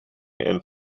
and